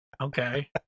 Okay